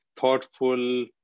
thoughtful